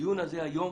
הדיון הזה היום